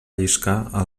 lliscar